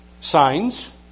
Signs